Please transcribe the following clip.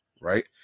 Right